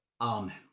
Amen